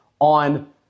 on